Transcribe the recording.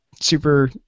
super